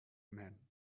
men